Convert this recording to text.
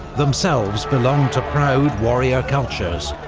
themselves belonged to proud warrior cultures.